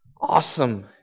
awesome